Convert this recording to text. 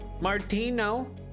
Martino